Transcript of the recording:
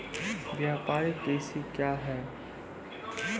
व्यापारिक कृषि क्या हैं?